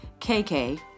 KK